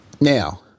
Now